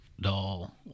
doll